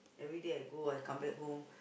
everyday I go I come back home